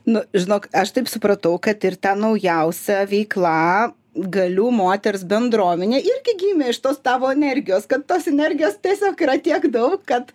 nu žinok aš taip supratau kad ir ta naujausia veikla galiu moters bendruomenė irgi gimė iš tos tavo energijos kad tas energijos tiesiog yra tiek daug kad